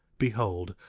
behold,